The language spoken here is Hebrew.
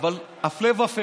אבל הפלא ופלא,